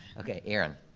okay, erin.